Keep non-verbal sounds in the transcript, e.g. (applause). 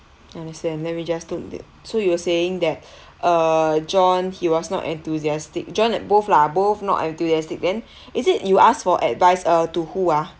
understand let me just look into so you were saying that (breath) uh john he was not enthusiastic john and both lah both not enthusiastic then (breath) is it you asked for advice uh to who ah